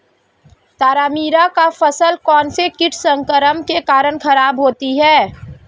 तारामीरा की फसल कौनसे कीट संक्रमण के कारण खराब होती है?